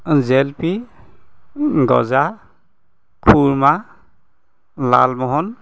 জেলেপি গজা খুৰ্মা লালমোহন